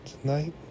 Tonight